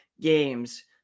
games